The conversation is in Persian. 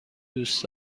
دوست